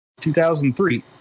2003